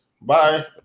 Bye